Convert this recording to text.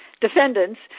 defendants